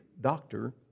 doctor